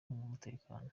n’umutekano